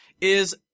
is-